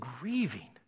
grieving